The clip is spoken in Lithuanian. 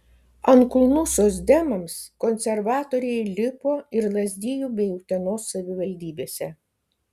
ant kulnų socdemams konservatoriai lipo ir lazdijų bei utenos savivaldybėse